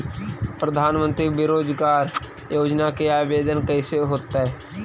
प्रधानमंत्री बेरोजगार योजना के आवेदन कैसे होतै?